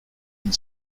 and